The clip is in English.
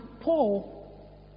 Paul